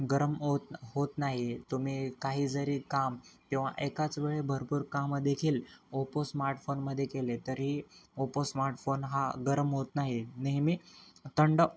गरम होत होत नाही तुम्ही काही जरी काम किंवा एकाच वेळी भरपूर कामदेखील ओपो स्मार्टफोनमध्ये केले तरीही ओपो स्मार्टफोन हा गरम होत नाही नेहमी थंड